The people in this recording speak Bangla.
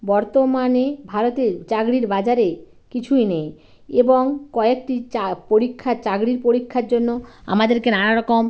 বর্তমানে ভারতের চাকরির বাজারে কিছুই নেই এবং কয়েকটি চা পরীক্ষার চাকরির পরীক্ষার জন্য আমাদেরকে নানারকম